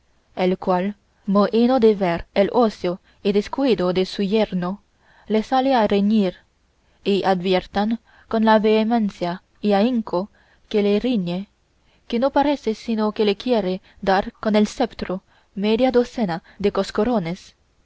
el cual mohíno de ver el ocio y descuido de su yerno le sale a reñir y adviertan con la vehemencia y ahínco que le riñe que no parece sino que le quiere dar con el ceptro media docena de coscorrones